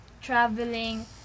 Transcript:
traveling